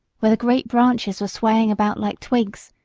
where the great branches were swaying about like twigs,